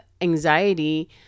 anxiety